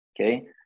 Okay